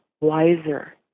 wiser